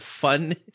fun